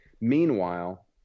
Meanwhile